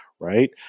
right